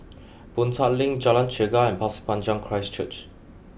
Boon Tat Link Jalan Chegar and Pasir Panjang Christ Church